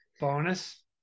Bonus